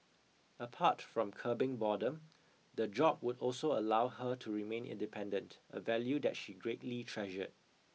apart from curbing boredom the job would also allow her to remain independent a value that she greatly treasured